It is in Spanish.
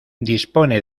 dispone